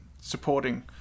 supporting